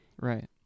Right